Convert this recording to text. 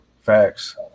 Facts